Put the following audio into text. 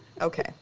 Okay